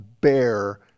bear